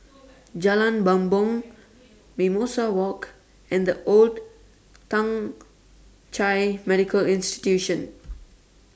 Jalan Bumbong Mimosa Walk and The Old Thong Chai Medical Institution